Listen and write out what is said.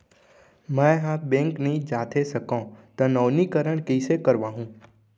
मैं ह बैंक नई जाथे सकंव त नवीनीकरण कइसे करवाहू?